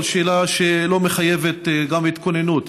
אבל שאלה שלא מחייבת גם התכוננות.